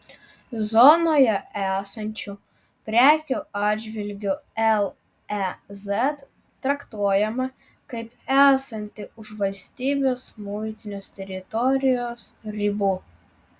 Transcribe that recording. zonoje esančių prekių atžvilgiu lez traktuojama kaip esanti už valstybės muitinės teritorijos ribų